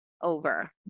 over